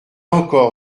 encore